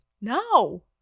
No